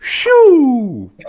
Shoo